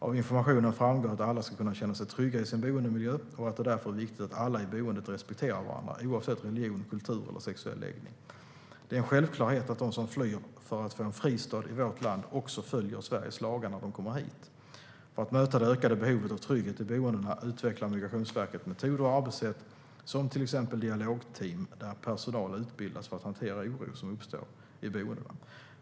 Av informationen framgår att alla ska kunna känna sig trygga i sin boendemiljö och att det därför är viktigt att alla i boendet respekterar varandra, oavsett religion, kultur eller sexuell läggning. Det är en självklarhet att de som flyr för att få en fristad i vårt land också följer Sveriges lagar när de kommer hit. För att möta det ökade behovet av trygghet i boendena utvecklar Migrationsverket metoder och arbetssätt som till exempel dialogteam där personal utbildas för att hantera oro som uppstår i boendena.